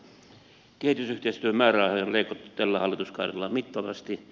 kehitysyhteistyön määrärahoja on leikattu tällä hallituskaudella mittavasti